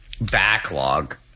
backlog